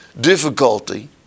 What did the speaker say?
difficulty